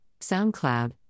SoundCloud